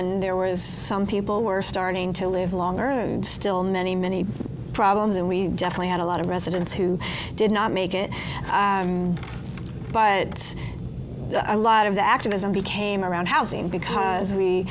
and there were as some people were starting to live longer and still many many problems and we definitely had a lot of residents who did not make it by ed's a lot of the activism became around housing because we